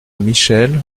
michel